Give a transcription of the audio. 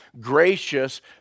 gracious